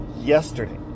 yesterday